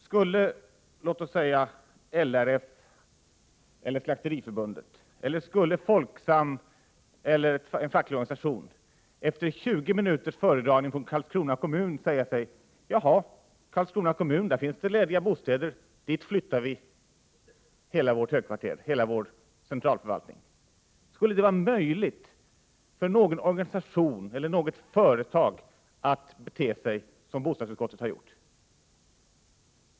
Skulle t.ex. LRF, Slakteriförbundet, Folksam eller en facklig organisation efter 20 minuters föredragning av Karlskrona kommun kunna säga: Jaha, i Karlskrona kommun finns det lediga bostäder, dit flyttar vi hela vårt högkvarter, hela vår centralförvaltning! Skulle det vara möjligt för någon organisation eller något företag att bete sig så som bostadsutskottet har gjort?